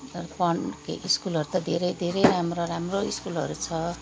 तर पढ्नु के स्कुलहरू त धेरै धेरै राम्रो राम्रो स्कुलहरू छ